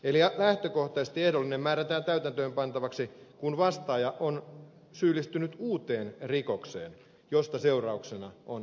eli lähtökohtaisesti ehdollinen määrätään täytäntöönpantavaksi kun vastaaja on syyllistynyt uuteen rikokseen josta seurauksena on vankeustuomio